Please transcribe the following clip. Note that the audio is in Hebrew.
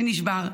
שנשבר,